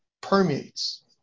permeates